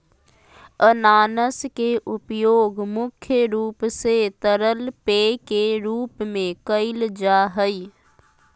अनानास के उपयोग मुख्य रूप से तरल पेय के रूप में कईल जा हइ